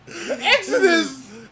Exodus